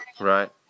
Right